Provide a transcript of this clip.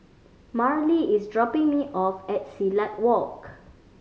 Marlee is dropping me off at Silat Walk